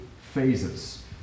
phases